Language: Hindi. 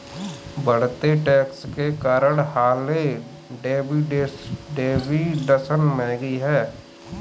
बढ़ते टैक्स के कारण हार्ले डेविडसन महंगी हैं